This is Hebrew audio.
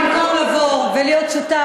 במקום לבוא ולהיות שותף,